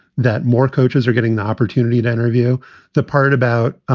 that more coaches are getting the opportunity to interview the part about